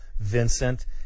Vincent